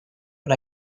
but